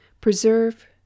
Preserve